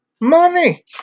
Money